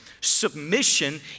Submission